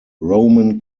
roman